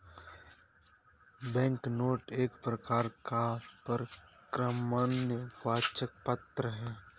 banknote एक प्रकार का परक्राम्य वचन पत्र है